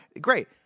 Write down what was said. Great